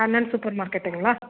Kannan super மார்க்கெட்டுங்களா